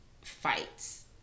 fights